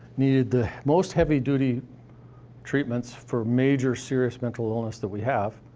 needed the most heavy-duty treatments for major serious mental illness that we had,